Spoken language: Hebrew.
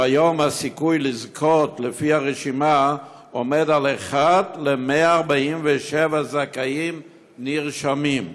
אשר היום הסיכוי לזכות בו לפי רשימה עומד על אחד ל-147 זכאים נרשמים,